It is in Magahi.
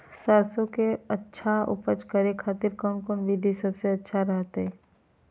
सरसों के अच्छा उपज करे खातिर कौन कौन विधि सबसे अच्छा रहतय?